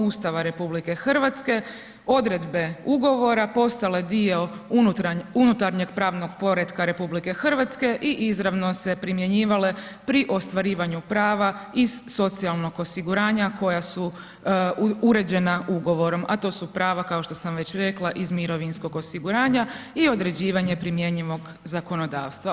Ustava RH odredbe ugovora postale dio unutarnjeg pravnog poretka RH i izravno se primjenjivale pri ostvarivanju prava iz socijalnog osiguranja koja su uređena ugovorom, a to su prava kao što sam već rekla iz mirovinskog osiguranja i određivanje primjenjivog zakonodavstva.